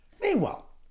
Meanwhile